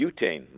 butane